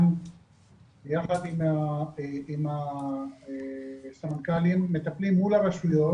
יחד עם הסמנכ"לים מטפלים מול הרשויות,